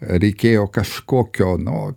reikėjo kažkokio nu